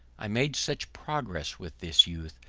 i made such progress with this youth,